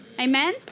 Amen